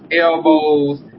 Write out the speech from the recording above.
elbows